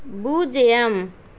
பூஜ்ஜியம்